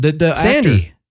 Sandy